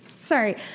Sorry